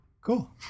Cool